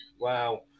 Wow